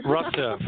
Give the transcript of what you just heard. Russia